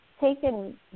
taken